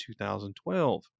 2012